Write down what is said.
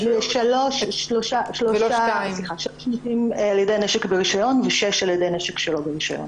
שלוש על-ידי נשק ברישיון ושש על-ידי נשק שלא ברישיון.